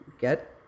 get